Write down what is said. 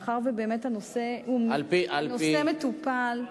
מאחר שבאמת הנושא הוא נושא מטופל,